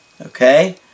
Okay